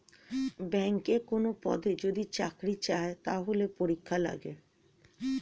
ব্যাংকে কোনো পদে যদি চাকরি চায়, তাহলে পরীক্ষা লাগে